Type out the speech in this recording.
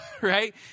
right